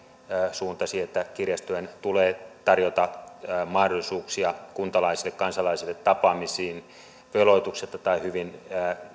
suuntasi että kirjastojen tulee tarjota mahdollisuuksia kuntalaisille ja kansalaisille tapaamisiin veloituksetta tai hyvin